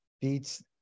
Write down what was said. beats